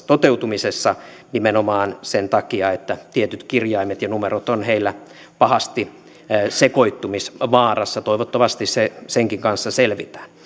toteutumisessa nimenomaan sen takia että tietyt kirjaimet ja numerot ovat heillä pahasti sekoittumisvaarassa toivottavasti senkin kanssa selvitään